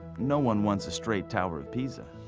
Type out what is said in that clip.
no one wants a straight tower of pisa.